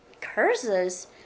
curses